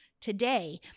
today